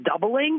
doubling